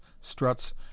struts